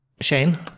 Shane